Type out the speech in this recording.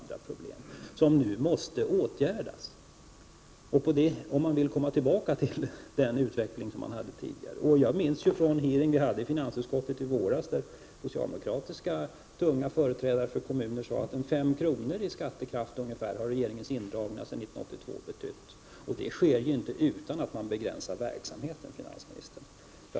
Detta måste nu rättas till, om man vill komma tillbaka till den utveckling som man hade tidigare. Jag minns från en utfrågning inför finansutskottet i våras hur tunga socialdemokratiska företrädare för kommuner sade att regeringens indragningar sedan 1982 inneburit ungefär 5 kr. i kommunalskatt. Det sker inte utan att man begränsar verksamheten, finansministern.